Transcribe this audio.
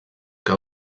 que